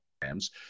programs